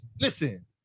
Listen